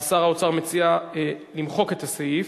שר האוצר מציע למחוק את הסעיף.